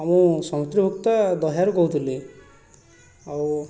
ମୁଁ ସନ୍ତରିଭୁକ୍ତ ଦହିଆରୁ କହୁଥିଲି ଆଉ